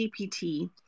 GPT